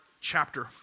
chapter